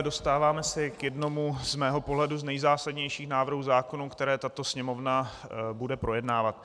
Dostáváme se k jednomu z mého pohledu z nejzásadnějších návrhů zákonů, které tato Sněmovna bude projednávat.